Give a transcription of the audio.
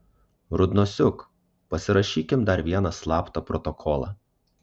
rudnosiuk pasirašykim dar vieną slaptą protokolą